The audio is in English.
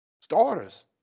Starters